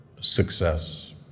success